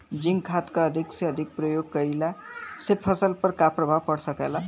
Zinc खाद क अधिक से अधिक प्रयोग कइला से फसल पर का प्रभाव पड़ सकेला?